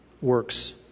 works